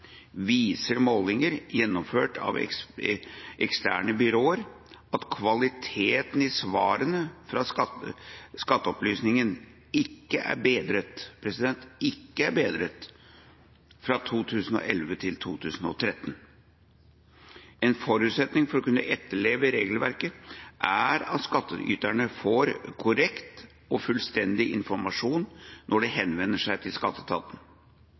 viser målinger gjennomført av eksterne byråer at kvaliteten i svarene fra Skatteopplysningen ikke er bedret» – ikke er bedret – «fra 2011 til 2013. En forutsetning for å kunne etterleve regelverket er at skattyterne får korrekt og fullstendig informasjon når de henvender seg til skatteetaten.